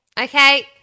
Okay